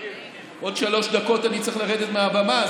עוד שלוש דקות אני צריך לרדת מהבמה,